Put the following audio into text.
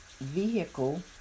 vehicle